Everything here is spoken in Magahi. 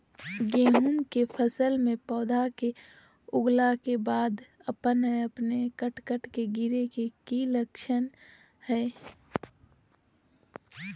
गेहूं के फसल में पौधा के उगला के बाद अपने अपने कट कट के गिरे के की लक्षण हय?